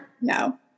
no